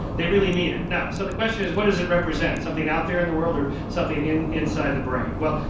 they really mean it. now, so the question is, what does it represent? something out there in the world or something inside the brain? well,